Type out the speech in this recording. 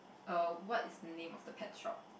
err what is the name of the pet shop